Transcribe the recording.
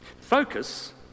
focus